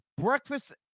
Breakfast